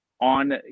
on